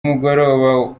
mugoroba